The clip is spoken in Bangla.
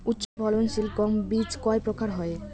উচ্চ ফলন সিল গম বীজ কয় প্রকার হয়?